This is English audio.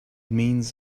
means